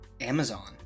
Amazon